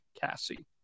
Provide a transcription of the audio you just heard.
Cassie